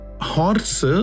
Horse